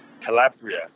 Calabria